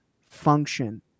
function